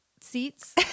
seats